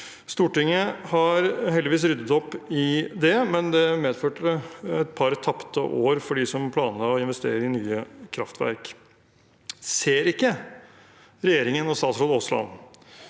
Stortinget har heldigvis ryddet opp i det, men det medførte et par tapte år for dem som planla å investere i nye kraftverk. Ser ikke regjeringen og statsråd Aasland